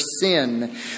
sin